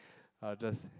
I'll just